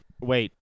Wait